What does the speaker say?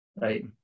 right